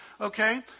Okay